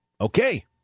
Okay